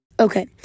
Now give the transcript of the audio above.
Okay